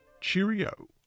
Cheerio